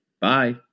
Bye